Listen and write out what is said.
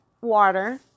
water